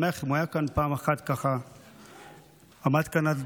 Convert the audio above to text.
שהיה אפשר לממש בשנה הבאה, היה אפשר